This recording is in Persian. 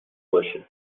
باشه